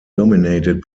dominated